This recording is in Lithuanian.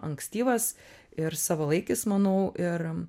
ankstyvas ir savalaikis manau ir